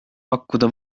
pakkuda